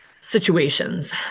situations